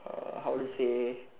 uh how to say